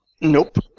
Nope